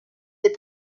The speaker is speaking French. des